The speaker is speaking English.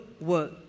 work